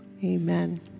Amen